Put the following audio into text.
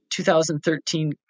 2013